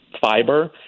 fiber